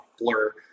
blur